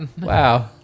Wow